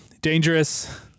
Dangerous